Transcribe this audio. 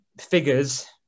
figures